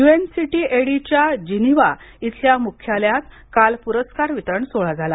यूएनसीटीएडीच्या Geneva इथल्या मुख्यालयात काल पुरस्कार वितरण सोहळा झाला